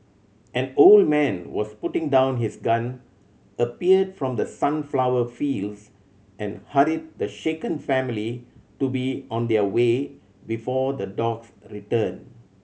an old man was putting down his gun appeared from the sunflower fields and hurried the shaken family to be on their way before the dogs return